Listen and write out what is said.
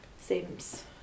Seems